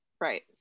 Right